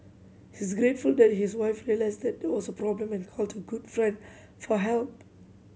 he is grateful that his wife realised there a problem and called a good friend for help